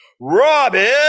Robin